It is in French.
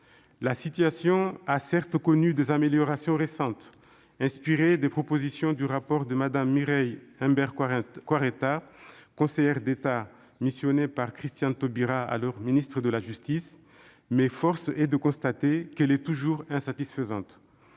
La situation a certes connu des améliorations récentes, inspirées des propositions du rapport de Mme Mireille Imbert-Quaretta, conseillère d'État missionnée par Christiane Taubira, alors ministre de la justice, mais force est de constater qu'elle est toujours insatisfaisante.